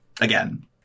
again